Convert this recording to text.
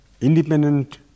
independent